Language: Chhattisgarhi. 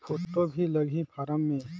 फ़ोटो भी लगी फारम मे?